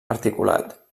articulat